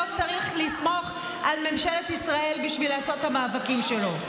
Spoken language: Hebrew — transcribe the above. לא צריך לסמוך על ממשלת ישראל בשביל לעשות את המאבקים שלו.